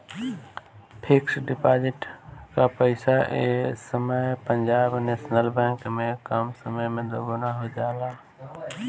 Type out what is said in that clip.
fix deposit कअ पईसा ए समय पंजाब नेशनल बैंक में कम समय में दुगुना हो जाला